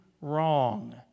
wrong